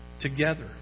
together